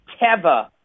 Teva